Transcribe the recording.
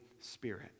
Spirit